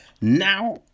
now